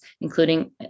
including